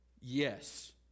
Yes